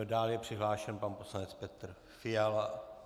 Dál je přihlášen pan poslanec Petr Fiala.